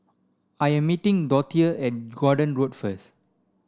I am meeting Dorthea at Gordon Road first